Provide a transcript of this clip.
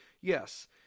yes